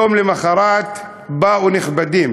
יום למחרת באו "נכבדים",